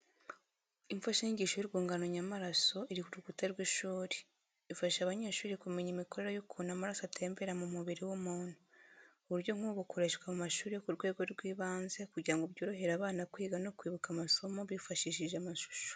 Imfashanyigisho y'urwungano nyamaraso iri ku rukuta rw’ishuri. Ifasha abanyeshuri kumenya imikorere y'ukuntu amaraso atembera mu mubiri w'umuntu. Uburyo nk’ubu bukoreshwa mu mashuri yo ku rwego rw’ibanze kugira ngo byorohere abana kwiga no kwibuka amasomo bifashishije amashusho.